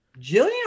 Jillian